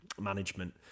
management